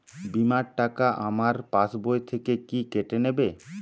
বিমার টাকা আমার পাশ বই থেকে কি কেটে নেবে?